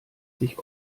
sich